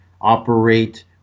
operate